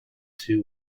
two